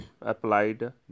applied